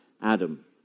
Adam